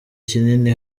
kinini